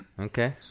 Okay